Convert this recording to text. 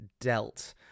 dealt